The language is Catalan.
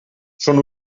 són